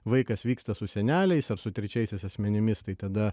vaikas vyksta su seneliais ar su trečiaisiais asmenimis tai tada